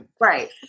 Right